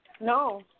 No